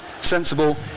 sensible